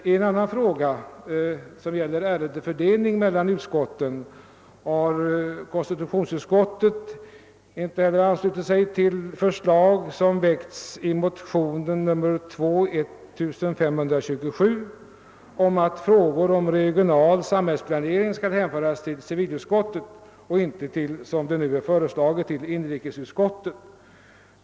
I frågan om ärendefördelning mellan utskotten har konstitutionsutskottet inte anslutit sig till förslaget i motionen II: 1527 att frågor av regional samhällsplanering skall hänföras till civilutskottet i stället för — vilket utskottet förordar — till inrikesutskottet.